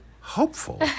hopeful